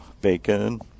bacon